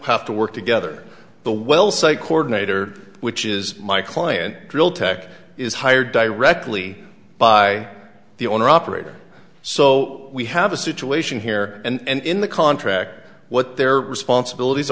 have to work together the well site coordinator which is my client drill tech is hired directly by the owner operator so we have a situation here and in the contract what their responsibilities